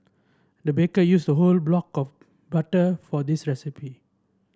the baker used a whole block of butter for this recipe